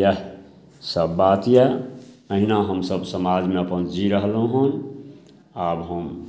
इएहसब बात यऽ एहिना हमसभ अपन समाजमे जी रहलहुँ हँ आब हम